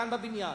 כאן בבניין,